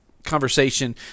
conversation